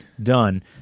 Done